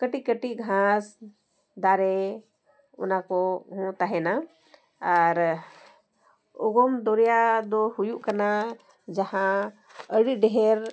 ᱠᱟᱹᱴᱤᱡ ᱠᱟᱹᱴᱤᱡ ᱜᱷᱟᱥ ᱫᱟᱨᱮ ᱚᱱᱟ ᱠᱚᱦᱚᱸ ᱛᱟᱦᱮᱱᱟ ᱟᱨ ᱚᱜᱚᱢ ᱫᱚᱨᱭᱟ ᱫᱚ ᱦᱩᱭᱩᱜ ᱠᱟᱱᱟ ᱡᱟᱦᱟᱸ ᱟᱹᱰᱤ ᱰᱷᱮᱹᱨ